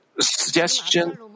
suggestion